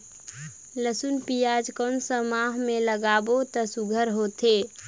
लसुन पियाज कोन सा माह म लागाबो त सुघ्घर होथे?